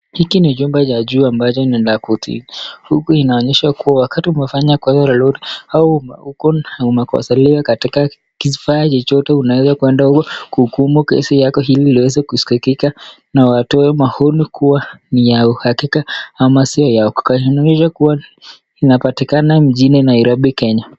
Hiki ni jumba la juu ambalo lina court. Huku inaonyesha kuwa wakati umefanya kosa lolote au umekosalia katika kisifa chochote unaweza kwenda huko kuhukumu kesi yako ili iweze kusikika na watoe maoni kuwa ni ya uhakika ama sio ya uhakika. Inaonyesha kuwa inapatikana mjini Nairobi Kenya.